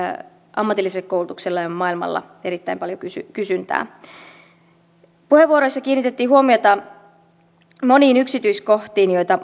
ammatilliselle koulutukselle on maailmalla erittäin paljon kysyntää puheenvuoroissa kiinnitettiin huomiota moniin yksityiskohtiin joita